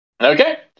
Okay